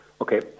Okay